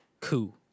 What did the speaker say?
coup